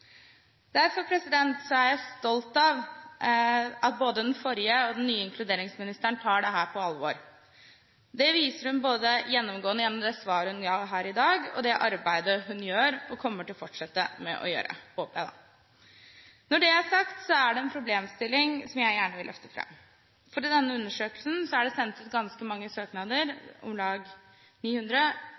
Derfor er jeg stolt av at både den forrige og den nye inkluderingsministeren tar dette på alvor. Det viser hun både gjennom det svaret hun ga her i dag, og gjennom det arbeidet hun gjør og kommer til å fortsette å gjøre – håper jeg da. Når det er sagt, så er det én problemstilling som jeg gjerne vil løfte fram. I denne undersøkelsen er det sendt ut ganske mange søknader – om lag 900